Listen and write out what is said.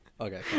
Okay